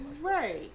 Right